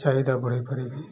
ଚାହିଦା ବଢ଼ାଇ ପାରିବି